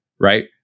right